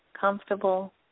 Comfortable